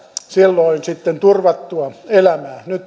silloin sitten turvattua elämää nyt